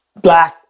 black